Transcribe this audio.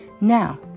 Now